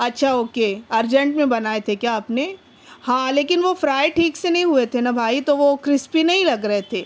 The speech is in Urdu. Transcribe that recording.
اچھا اوکے ارجینٹ میں بنائے تھے کیا آپ نے ہاں لیکن وہ فرائی ٹھیک سے نہیں ہوئے تھے نا بھائی تو کرسپی نہیں لگ رہے تھے